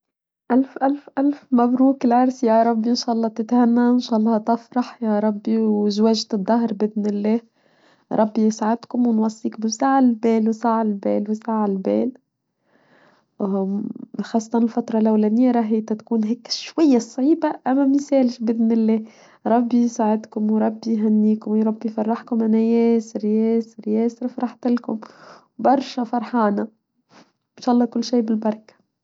ألف ألف ألف مبروك العرس يا ربي إن شاء الله تتهنى إن شاء الله تفرح يا ربي وزواجة الدهر بإذن الله ربي أسعدكم ونوصيك بزع البال وزع البال وزع البال خاصة الفترة الأولى نيرها هي تكون هيك شوية صعيبة أما ميسالش بإذن الله ربي أسعدكم وربي أهنيكم وربي أفرحكم أنا ياسر ياسر ياسر فرحت لكم برشا فرحانة إن شاء الله كل شيء بالبركة.